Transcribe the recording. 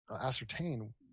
ascertain